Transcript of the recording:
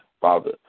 Father